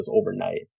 overnight